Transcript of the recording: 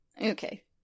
Okay